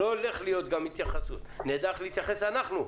לא הולכת להיות גם התייחסות נדע איך להתייחס אנחנו.